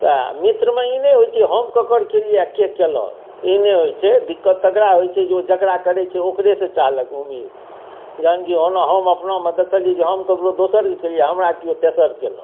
तऽ मित्रमे ई नहि होइ छै हम केकर केलियै आओर के केलैकै ई नहि होइ छै दिक्कत तकरा होइ छै जे ओ जकरा करै छै ओकरेसँ चाहलक उम्मीद जहन की ओना हम अपनामे देखलियै जे हम ककरो दोसरके केलियै हमरा केओ तेसर केलक